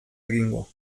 egingo